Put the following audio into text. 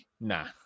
nah